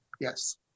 Yes